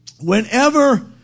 whenever